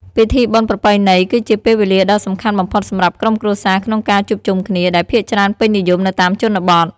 ពិធីបុណ្យប្រពៃណី គឺជាពេលវេលាដ៏សំខាន់បំផុតសម្រាប់ក្រុមគ្រួសារក្នុងការជួបជុំគ្នា ដែលភាគច្រើនពេញនិយមនៅតាមជនបទ ។